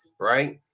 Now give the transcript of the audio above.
right